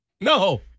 No